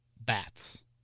bats